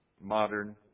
modern